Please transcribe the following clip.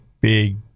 big